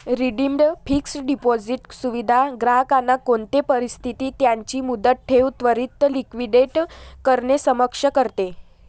redeemed fixed deposit सुविधा ग्राहकांना कोणते परिस्थितीत त्यांची मुदत ठेव त्वरीत लिक्विडेट करणे सक्षम करते